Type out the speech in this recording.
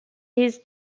his